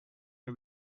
may